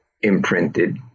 imprinted